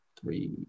three